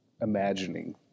imagining